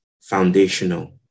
foundational